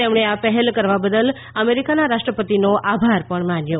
તેમણે આ પહેલ કરવા બદલ અમેરિકાના રાષ્ટ્રપતિનો આભાર માન્યો